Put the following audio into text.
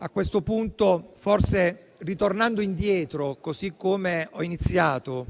A questo punto forse, ritornando indietro (così come ho iniziato),